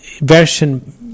version